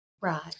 Right